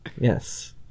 Yes